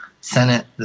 Senate